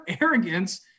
arrogance